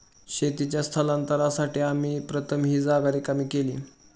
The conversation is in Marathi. शेतीच्या स्थलांतरासाठी आम्ही प्रथम ही जागा रिकामी केली